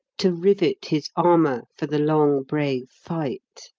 to rivet his armour for the long, brave fight.